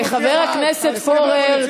חבר הכנסת פורר,